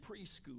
preschool